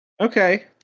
Okay